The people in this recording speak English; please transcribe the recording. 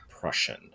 Prussian